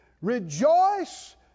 Rejoice